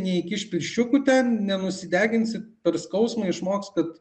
neįkiš pirščiukų ten nenusideginsit per skausmą išmoks kad